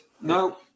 No